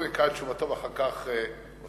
קודם אקרא את תשובתו ואחר כך אוסיף